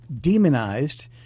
demonized